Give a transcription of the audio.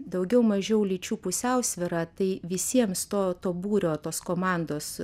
daugiau mažiau lyčių pusiausvyra tai visiems to to būrio tos komandos